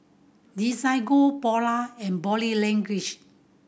Desigual Polar and Body Language